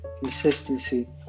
consistency